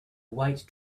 white